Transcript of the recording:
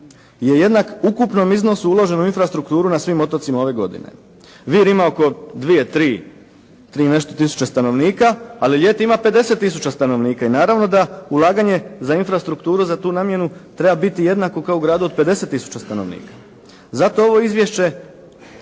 je jednak ukupnom iznosu uloženom u infrastrukturu na svim otocima ove godine. Vir ima oko dvije, tri i nešto tisuća stanovnika. Ali ljeti ima 50000 stanovnika i naravno da ulaganje za infrastrukturu za tu namjenu treba biti jednako kao u gradu od 50000 stanovnika. Zato je ovo izvješće